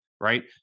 right